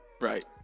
Right